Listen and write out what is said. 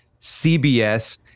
CBS